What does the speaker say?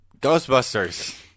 Ghostbusters